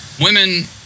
women